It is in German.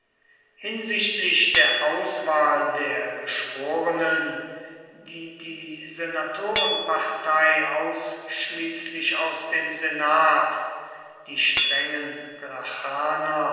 hinsichtlich der auswahl der geschworenen die die senatorenpartei ausschließlich aus dem senat die strengen